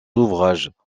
ouvrages